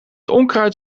onkruid